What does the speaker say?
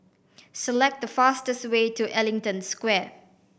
select the fastest way to Ellington Square